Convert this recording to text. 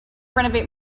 renovate